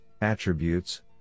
Attributes